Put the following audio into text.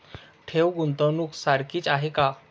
ठेव, गुंतवणूक सारखीच आहे का?